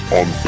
on